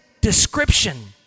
description